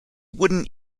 wooden